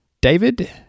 David